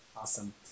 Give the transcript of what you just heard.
Awesome